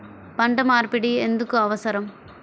పంట మార్పిడి ఎందుకు అవసరం?